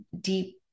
deep